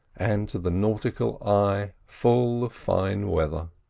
and to the nautical eye full of fine weather.